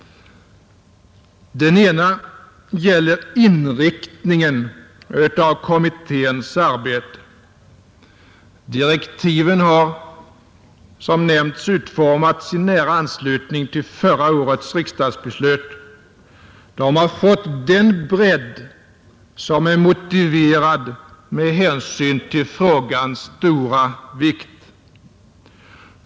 Den ena gäller inriktningen av kommitténs arbete. Direktiven har som nämnts utformats i nära anslutning till förra årets riksdagsbeslut. De har fått den bredd som är motiverad med hänsyn till frågans stora vikt.